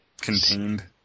contained